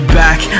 back